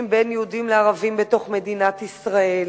בין יהודים לערבים בתוך מדינת ישראל,